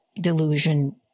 delusion